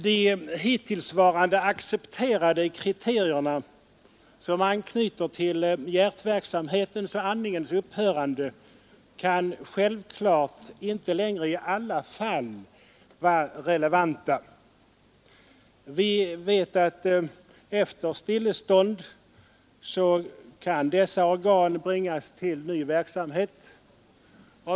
De hittillsvarande accepterade kriterierna på dödstillstånd, som anknyter till hjärtverksamhetens och andningens upphörande, kan självklart inte längre i alla fall vara relevanta. Vi vet att hjärta och lungor efter stillestånd i vissa fall kan bringas till ny verksamhet.